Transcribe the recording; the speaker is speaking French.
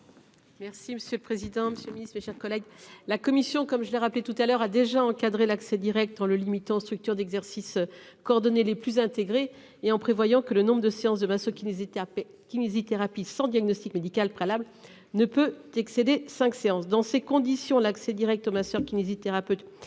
Merci monsieur le président, Monsieur le Ministre, mes chers collègues, la commission comme je l'ai rappelé tout à l'heure à déjà encadrer l'accès Direct en le limitant structures d'exercice coordonné les plus intégrée et en prévoyant que le nombre de séance de 20 ce qui n'été kinésithérapie sans diagnostic médical préalable ne peut excéder 5 séances. Dans ces conditions l'accès Direct au masseur kinésithérapeute.